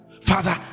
Father